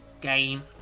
game